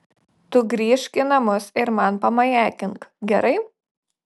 tu grįžk į namus ir man pamajakink gerai